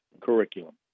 curriculum